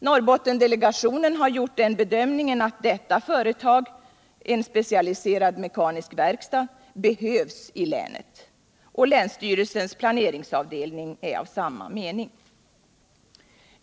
Norrbottendelegationen har gjort bedömningen att detta företag, en specialiserad mekanisk verkstad, behövs i länet. Länssty relsens planeringsavdelning är av samma mening.